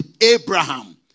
Abraham